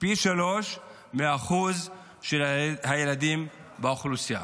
פי שלושה מהאחוז של הילדים באוכלוסייה.